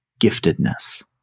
giftedness